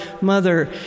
mother